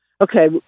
okay